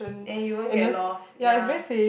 and you won't get lost ya